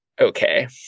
okay